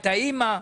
את האמא.